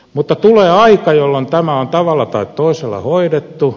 mutta tulee aika jolloin tämä on tavalla tai toisella hoidettu